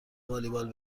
والیبال